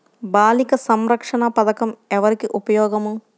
బాలిక సంరక్షణ పథకం ఎవరికి ఉపయోగము?